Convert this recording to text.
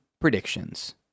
predictions